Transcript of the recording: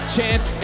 Chance